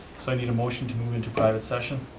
so i need a motion to move into private session.